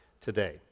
today